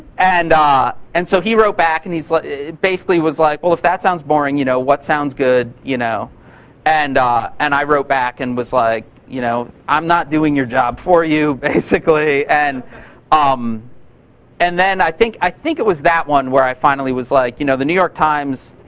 and ah and so, he wrote back and he's like. it basically was like, well, if that sounds boring, you know what sounds good? you know and i and i wrote back and was like, you know i'm not doing your job for you, basically. and um and then, i think i think it was that one, where i finally was like, you know the new york times.